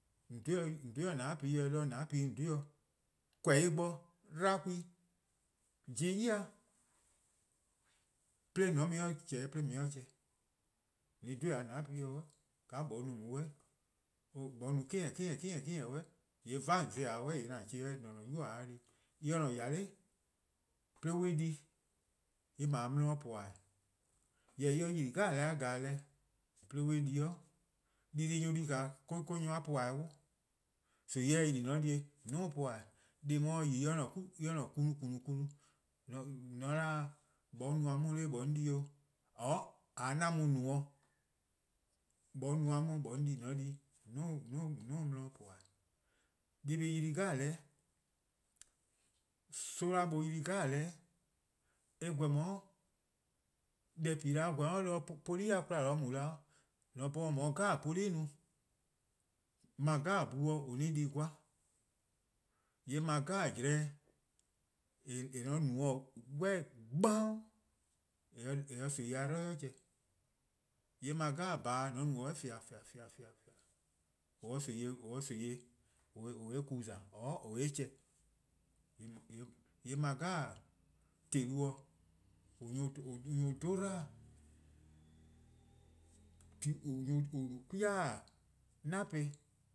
:on dhe 'o :nane'-' dih 'de :nane' :on 'dhe-a dih :korn-dih-' bo, 'dba ku+, pobo-ih ya, 'de :mor :an mu-eh 'yli :za-' 'de :on 'ye-ih 'yli :za. :an dhe-a 'o :nane' dih-' dih 'suh :kan 'moeh-a no-a on, :ka mo-eh-a no-a 'kiheh: 'kiheh: 'kiheh 'suh, 'va :yee' :on za-ih 'o 'weh :yee' :an za-ih 'yli mor-: 'dekorn: :an-a'a: 'nynuu: a 'ye deh di. :mor en :ne :yale' 'de on 'ye-ih di, eh 'ble 'di-a puhba-eh, jorwor: :mor en yli deh 'jeh-a 'jeh'de on 'ye-ih, dii-deh:+ nyor+-a di-a 'de nyor-a puhba-eh' 'wluh. :mor nimi-eh se yli 'de :on 'ye-eh di :on 'duo:-' pouhba-:, :mor dih se yli :mor en :ne 'kmu 'kmu 'kmu, :mor :on 'da 'moeh-a no-a 'on 'de 'nyi ;on di-ih 'o, :ka an mu no-' 'moeh-a no-a 'nyi 'on di-eh, mor :on di-ih :on 'duo' 'o 'di 'puhba-eh:. 'Nyi dih yli deh 'jeh, soma' yli deh 'jeh, :yee' eh gweh. deh pi-eh gweh poli'-a 'kwla :mu-eh, :mor :an 'bhorn :on 'ye poli' 'jeh no, 'ble 'bhu 'jeh :an-a' ni-a goa' :yee' 'ble 'jlehn 'jeh, :eh mor :on no-a 'suh 'kpan'on :eh 'ye-a nimi-a 'dlu 'i chehn, :yee' 'ble :faa 'jeh :mor :on no-a 'suh :fea, :fea :fea, :or 'ye-a nimki ku :za, :oror' or 'ye-eh chehn. :yee' 'ble :telu 'jeh, :on nyor+-a 'dhu-a 'dlu <car sound><hesitation> :on no-a 'kwi-a 'nafe. no: